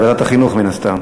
לוועדת החינוך מן הסתם.